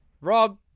Rob